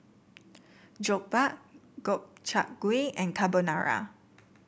Jokbal Gobchang Gui and Carbonara